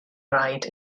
raid